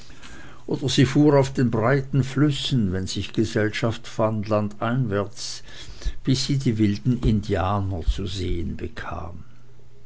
oder sie fuhr auf den breiten flüssen wenn sich gesellschaft fand landeinwärts bis sie die wilden indianer zu sehen bekam